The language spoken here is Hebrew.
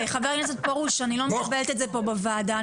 חבר הכנסת פרוש, אני לא מקבלת את זה פה בוועדה.